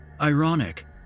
Ironic